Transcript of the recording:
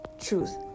truth